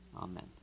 amen